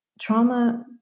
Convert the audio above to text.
trauma